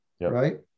right